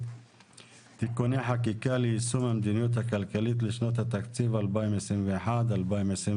(תיקוני חקיקה ליישום המדיניות הכלכלית לשנות התקציב 2021 ו-2022),